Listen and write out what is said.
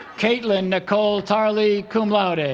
kaitlyn nicole tarley cum laude and